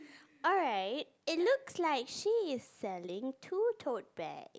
alright it looks like she is selling two tote bags